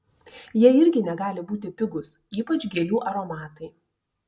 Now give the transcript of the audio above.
jie irgi negali būti pigūs ypač gėlių aromatai